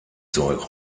säure